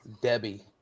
debbie